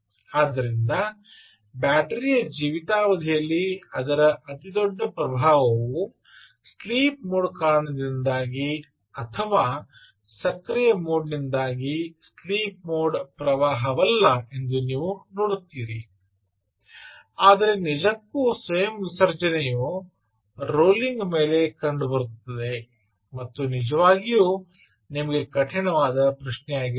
ಆದ್ದರಿಂದ ಬ್ಯಾಟರಿಯ ಜೀವಿತಾವಧಿಯಲ್ಲಿ ಅದರ ಅತಿದೊಡ್ಡ ಪ್ರಭಾವವು ಸ್ಲೀಪ್ ಮೋಡ್ ಕಾರಣದಿಂದಾಗಿ ಅಥವಾ ಸಕ್ರಿಯ ಮೋಡ್ ನಿಂದಾಗಿ ಸ್ಲೀಪ್ ಮೋಡ್ ಪ್ರವಾಹವಲ್ಲ ಎಂದು ನೀವು ನೋಡುತ್ತೀರಿ ಆದರೆ ನಿಜಕ್ಕೂ ಸ್ವಯಂ ವಿಸರ್ಜನೆಯು ರೋಲಿಂಗ್ನ ಮೇಲೆ ಕಂಡುಬರುತ್ತಿದೆ ಮತ್ತು ನಿಜವಾಗಿಯೂ ನಿಮಗೆ ಕಠಿಣವಾದ ಪ್ರಶ್ನೆಯಾಗಿರುತ್ತದೆ